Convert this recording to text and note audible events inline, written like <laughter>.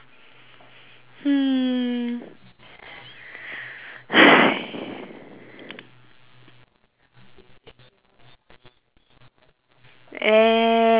hmm <noise> uh